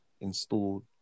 installed